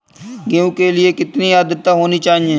गेहूँ के लिए कितनी आद्रता होनी चाहिए?